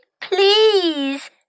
please